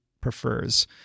prefers